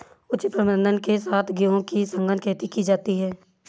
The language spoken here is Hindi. उचित प्रबंधन के साथ गेहूं की सघन खेती की जाती है